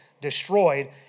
destroyed